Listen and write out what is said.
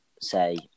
say